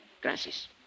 Gracias